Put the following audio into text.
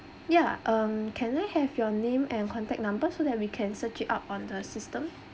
yeah um can I have your name and contact number so that we can search it up on the system